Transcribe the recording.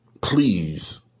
please